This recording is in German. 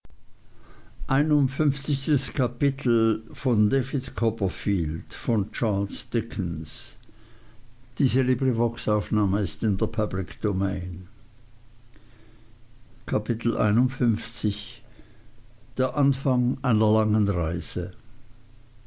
der anfang einer langen reise